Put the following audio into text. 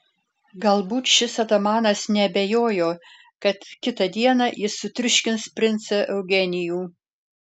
galbūt šis atamanas neabejojo kad kitą dieną jis sutriuškins princą eugenijų